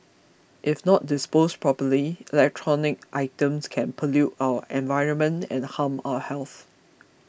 if not disposed properly electronic items can pollute our environment and harm our health